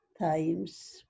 times